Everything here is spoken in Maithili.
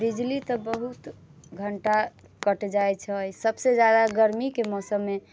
बिजली तऽ बहुत घंटा कटि जाइत छै सभसँ ज्यादा गर्मीके मौसममे